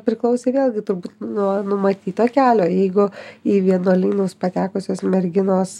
priklausė vėlgi turbūt nuo numatyto kelio jeigu į vienuolynus patekusios merginos